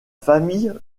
famille